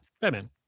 Batman